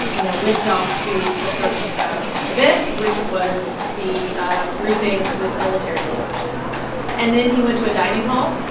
you know, whisked off to the first um event, which was the ah briefing with military leaders and then he went to a dining hall,